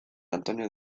antonio